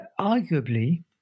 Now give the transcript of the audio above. arguably